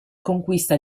conquista